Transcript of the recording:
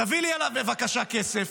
תביא לי עליו בבקשה כסף.